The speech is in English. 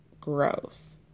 Gross